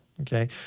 Okay